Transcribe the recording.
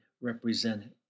represented